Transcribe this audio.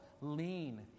lean